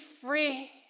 free